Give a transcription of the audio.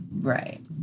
Right